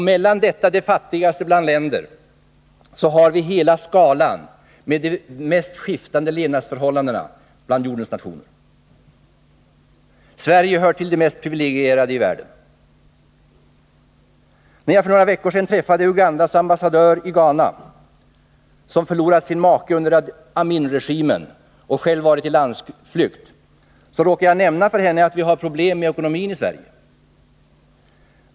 Mellan detta, det fattigaste bland länder och vårt land, har vi hela skalan av de mest skiftande levnadsförhållanden i världens olika nationer. Sverige hör till de mest privilegierade i världen. När jag för några veckor sedan träffade Ugandas ambassadör i Ghana, som förlorat sin make under Aminregimen och själv varit i landsflykt, råkade jag nämna för henne att vi har problem med ekonomin i Sverige.